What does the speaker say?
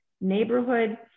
neighborhood